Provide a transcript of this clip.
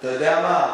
אתה יודע מה?